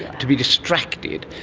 to be distracted,